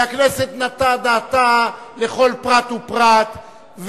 והכנסת נתנה דעתה לכל פרט ופרט,